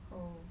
oh